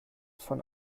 von